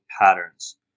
patterns